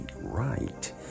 right